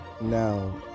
now